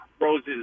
Rose's